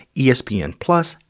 yeah espn and plus,